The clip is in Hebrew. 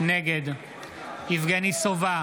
נגד יבגני סובה,